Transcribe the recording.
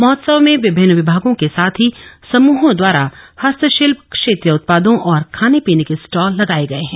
महोत्सव में विभिन्न विमागों के साथ ही समूहों द्वारा हस्तशिल्प क्षेत्रीय उत्पादों और खाने पीने के स्टाल लगाए गए हैं